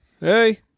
Hey